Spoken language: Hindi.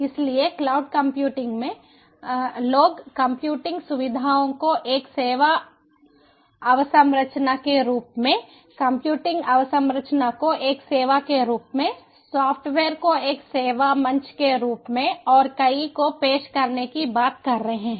इसलिए क्लाउड कंप्यूटिंग में लोग कंप्यूटिंग सुविधाओं को एक सेवा अवसंरचना के रूप मेंकंप्यूटिंग अवसंरचना को एक सेवा के रूप में सॉफ्टवेयर को एक सेवा मंच के रूप में और कई को पेश करने की बात कर रहे हैं